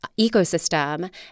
ecosystem